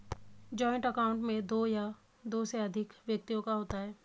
joint account दो या दो से अधिक व्यक्तियों का होता है